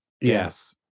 yes